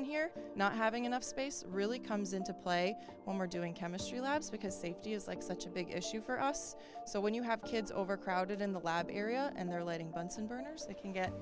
in here not having enough space really comes into play or doing chemistry labs because safety is like such a big issue for us so when you have kids over crowded in the lab area and they're letting bunsen burners they can get